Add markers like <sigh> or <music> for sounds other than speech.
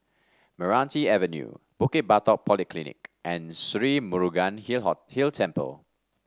Meranti Avenue Bukit Batok Polyclinic and Sri Murugan Hill <unintelligible> Hill Temple